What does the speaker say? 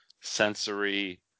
sensory